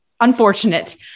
unfortunate